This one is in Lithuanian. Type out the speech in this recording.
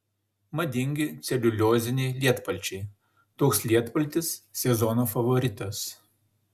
madingi celiulioziniai lietpalčiai toks lietpaltis sezono favoritas